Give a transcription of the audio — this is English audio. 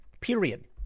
period